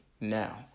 now